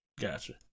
Gotcha